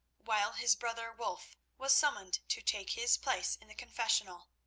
while his brother wulf was summoned to take his place in the confessional.